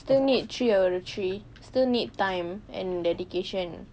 still need three out of three still need time and dedication